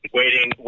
waiting